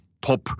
top